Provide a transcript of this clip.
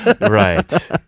Right